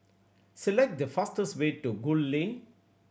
select the fastest way to Gul Lane